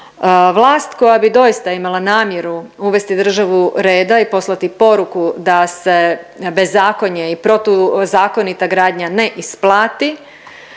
Vlast koja bi doista imala namjeru uvesti u državu reda i poslati poruku da se bezakonje i protuzakonita gradnja ne isplati,